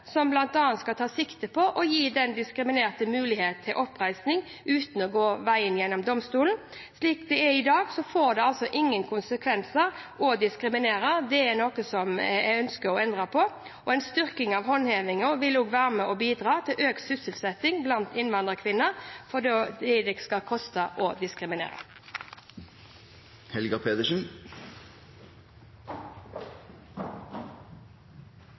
som bl.a. tar sikte på å gi den diskriminerte mulighet til oppreisning uten å gå veien om domstolene. Slik det er i dag, får det ingen konsekvenser å diskriminere – dette er noe jeg ønsker å endre på. En styrket håndheving vil også være et bidrag til økt sysselsetting blant innvandrerkvinner, for det vil da koste å diskriminere.